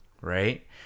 Right